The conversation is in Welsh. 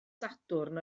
sadwrn